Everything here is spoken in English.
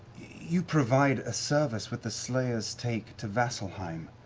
you provide a service with the slayer's take to vasselheim.